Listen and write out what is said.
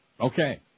Okay